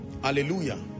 hallelujah